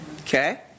Okay